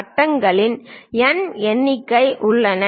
வட்டங்களின் N எண்ணிக்கை உள்ளன